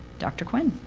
dr. quinn.